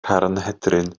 carnhedryn